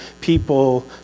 people